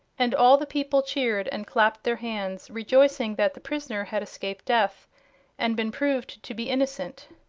and all the people cheered and clapped their hands, rejoicing that the prisoner had escaped death and been proved to be innocent.